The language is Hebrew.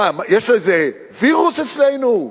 יש איזה וירוס אצלנו,